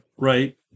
right